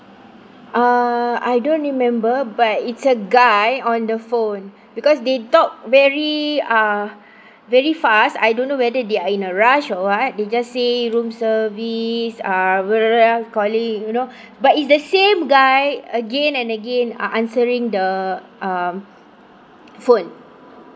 uh I don't remember but it's a guy on the phone because they talked very uh very fast I don't know whether they're in a rush or what they just say room service uh calling you know but is the same guy again and again are answering the um phone